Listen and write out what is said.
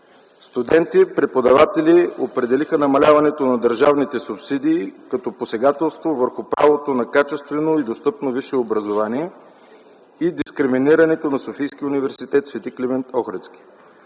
Студенти и преподаватели определиха намаляването на държавните субсидии като посегателство върху правото на качествено и достъпно висше образование и дискриминирането на СУ „Св. Климент Охридски”.